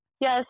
yes